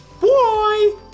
bye